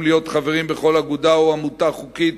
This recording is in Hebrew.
להיות חברים בכל אגודה או עמותה חוקית,